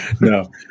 No